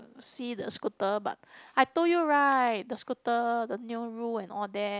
see the scooter but I told you right the scooter the new rule and all that